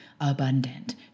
abundant